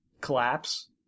collapse